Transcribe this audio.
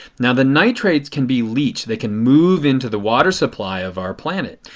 now the nitrates can be leached. they can move into the water supply of our planet.